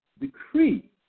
decree